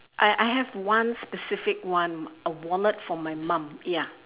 I I have one specific one a wallet from my mom ya